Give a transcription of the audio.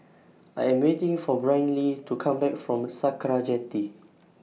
I Am waiting For Brynlee to Come Back from Sakra Jetty